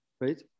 right